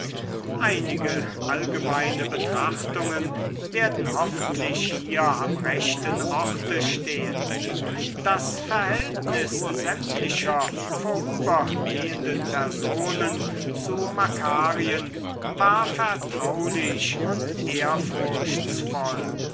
einige allgemeine betrachtungen werden hoffentlich hier am rechten orte stehen das verhältnis sämtlicher vorübergehenden personen zu makarien war vertraulich und ehrfurchtsvoll